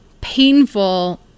painful